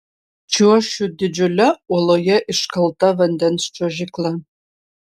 čiuošiu didžiule uoloje iškalta vandens čiuožykla